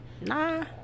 Nah